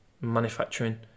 manufacturing